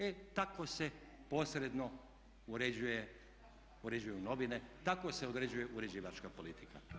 E tako se posredno uređuju novine, tako se određuje uređivačka politika.